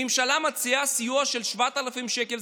הממשלה מציעה סיוע של 7,000 שקלים,